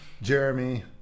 Jeremy